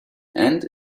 and